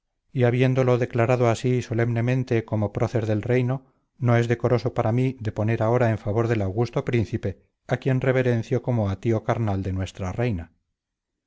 y habiéndolo declarado así solemnemente como prócer del reino no es decoroso para mí deponer ahora en favor del augusto príncipe a quien reverencio como a tío carnal de nuestra reina